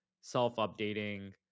self-updating